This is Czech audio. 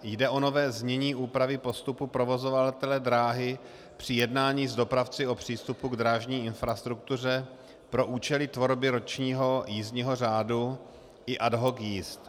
Jde o nové znění úpravy postupu provozovatele dráhy při jednání s dopravci o přístupu k drážní infrastruktuře pro účely tvorby ročního jízdního řádu i ad hoc jízd.